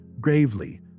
gravely